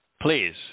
Please